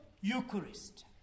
Eucharist